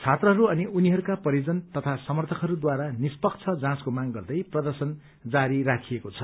छात्रहरू अनि उनीहरूको परिजन तथा समध्रकहरूद्वारा निष्पक्ष जाँचको माग गर्दै प्रदर्शन जारी राखिएको छ